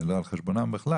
זה לא על חשבונם בכלל,